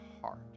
heart